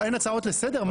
אין הצעות לסדר?